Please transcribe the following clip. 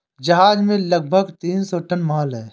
जहाज में लगभग तीन सौ टन माल है